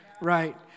Right